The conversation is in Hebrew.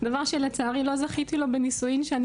דבר שלצערי לא זכיתי בו בנישואים שאני